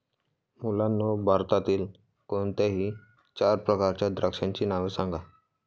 मुलांनो भारतातील कोणत्याही चार प्रकारच्या द्राक्षांची नावे सांगा